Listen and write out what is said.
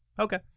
Okay